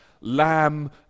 lamb